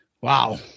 wow